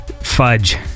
fudge